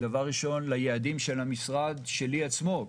דבר ראשון ליעדים של המשרד שלי עצמו,